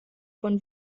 von